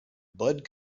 bud